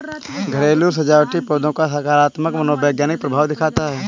घरेलू सजावटी पौधों का सकारात्मक मनोवैज्ञानिक प्रभाव दिखता है